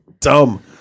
dumb